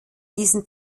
diesen